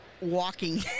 walking